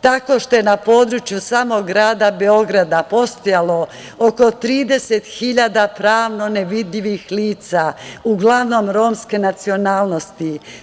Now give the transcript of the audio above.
Tako što je na području samog grada Beograda postojalo ko 30.000 pravno-nevidljivih lica, uglavnom romske nacionalnosti.